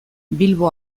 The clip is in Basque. bilbo